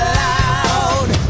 loud